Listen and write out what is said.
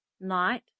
night